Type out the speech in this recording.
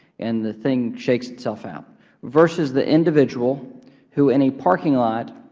and the thing shakes itself out versus the individual who, in a parking lot,